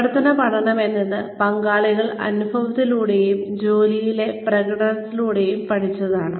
പ്രവർത്തന പഠനം എന്നത് പങ്കാളികൾ അനുഭവത്തിലൂടെയും ജോലിയിലെ പ്രയോഗത്തിലൂടെയും പഠിച്ചതാണ്